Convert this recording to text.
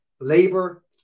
labor